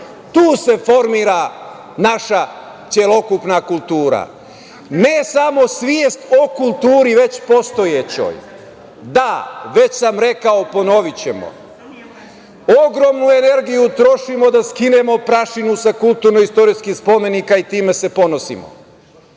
Tu se formira naša celokupna kultura, ne samo svest o kulturi već postojećoj. Da, već sam rekao, ponovićemo – ogromnu energiju trošimo da skinemo prašinu sa kulturno-istorijskih spomenika i time se ponosimo.